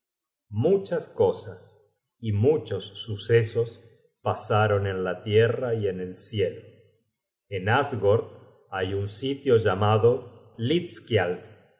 muchas cosas y muchos sucesos pasaron en la tierra y en el cielo en asgord hay un sitio llamado